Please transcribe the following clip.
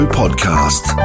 podcast